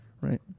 right